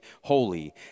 holy